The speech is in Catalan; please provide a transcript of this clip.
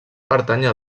pertànyer